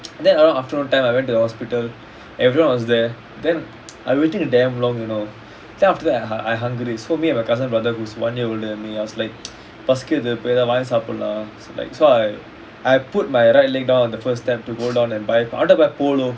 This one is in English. then around afternoon time I went to the hospital everyone was there then I waited damn long you know then after that I I hungry so me and my cousin brother who is one year older than me I was like பசிக்குதுவாங்கிசாப்பிடலாம்:pasikuthu vangi sapdalam lah so like so I I put my right leg down on the first step to go down buy போனும்:ponum